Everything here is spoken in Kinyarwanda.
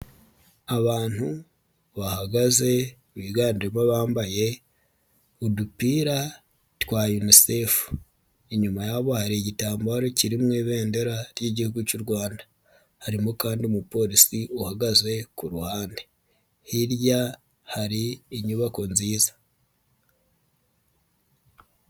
Abantu bahagaze biganderwa bambaye udupira twa UNICEF, inyuma yabo hari igitambaro kiri mu ibendera ry'Igihugu cy'u Rwanda, harimo kandi umupolisi uhagaze ku ruhande, hirya hari inyubako nziza.